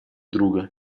друга